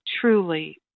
truly